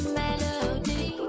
melody